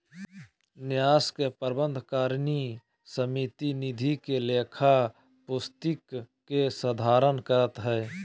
न्यास के प्रबंधकारिणी समिति निधि के लेखा पुस्तिक के संधारण करतय